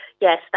yes